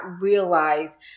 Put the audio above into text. realize